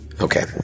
Okay